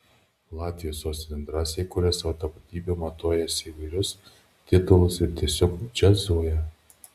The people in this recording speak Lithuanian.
latvijos sostinė drąsiai kuria savo tapatybę matuojasi įvairius titulus ir tiesiog džiazuoja